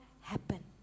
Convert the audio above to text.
happen